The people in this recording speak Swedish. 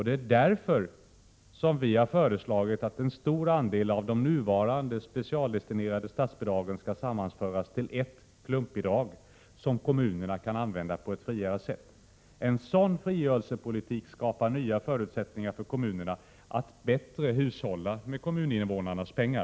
Det är därför som vi har föreslagit att en stor andel av de nuvarande specialdestinerade statsbidragen skall sammanföras till ett klumpbidrag som kommunerna kan använda på ett friare sätt. En sådan frigörelsepolitik skapar nya förutsättningar för kommunerna att bättre hushålla med kommuninvånarnas pengar.